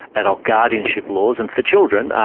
adult guardianship laws, and for children,